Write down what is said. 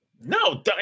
No